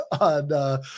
on